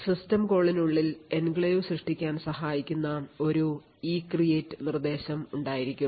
system കോളിനുള്ളിൽ enclave സൃഷ്ടിക്കൽ സഹായിക്കുന്ന ഒരു ECREATE നിർദ്ദേശം ഉണ്ടായിരിക്കും